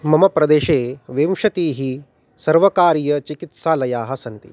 मम प्रदेशे विंशतिः सर्वकारीयचिकित्सालयाः सन्ति